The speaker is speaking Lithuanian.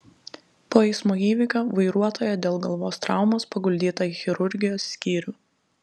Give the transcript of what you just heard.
po eismo įvykio vairuotoja dėl galvos traumos paguldyta į chirurgijos skyrių